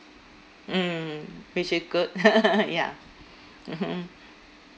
mm which is good ya mmhmm